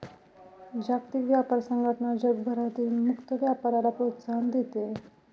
जागतिक व्यापार संघटना जगभरातील मुक्त व्यापाराला प्रोत्साहन देते